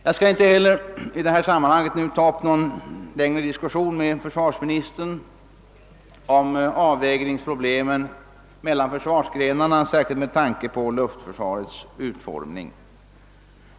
Jag skall i detta sammanhang inte heller ta upp någon längre diskussion med försvarsministern om problemet med avvägningen mellan försvarsgrenarna, särskilt med tanke på luftförsvarets utformning.